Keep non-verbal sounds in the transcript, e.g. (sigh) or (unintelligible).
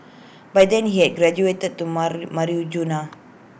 by then he had graduated to (unintelligible) marijuana